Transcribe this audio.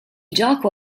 gioco